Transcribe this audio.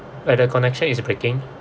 and the connection is breaking